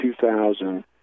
2000